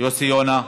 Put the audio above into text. יוסי יונה,